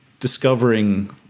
Discovering